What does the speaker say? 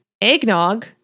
eggnog